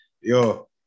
yo